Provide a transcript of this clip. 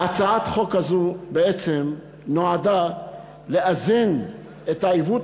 הצעת החוק הזאת בעצם נועדה לאזן את העיוות